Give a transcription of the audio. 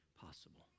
possible